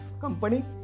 Company